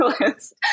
list